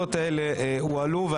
הנקודות האלה הועלו.